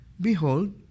Behold